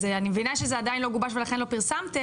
אז אני מבינה שזה עדיין לא גובש ולכן לא פרסמתם,